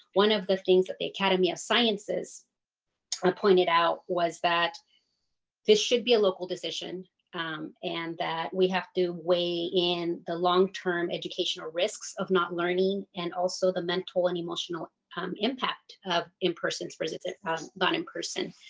one of the things that the academy of sciences pointed out was that this should be a local decision and that we have to weigh in the long-term educational risks of not learning and also the mental and emotional impact of in-person versus not ah but in person.